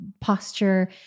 posture